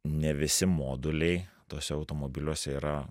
ne visi moduliai tuose automobiliuose yra